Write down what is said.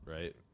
right